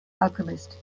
alchemist